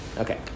Okay